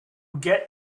get